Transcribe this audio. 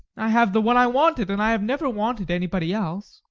i have the one i wanted, and i have never wanted anybody else.